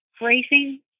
racing